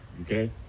okay